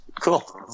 Cool